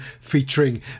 featuring